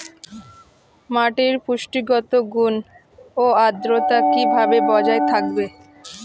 মাটির পুষ্টিগত গুণ ও আদ্রতা কিভাবে বজায় থাকবে?